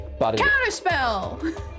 Counterspell